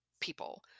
people